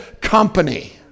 company